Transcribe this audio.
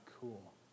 cool